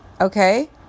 Okay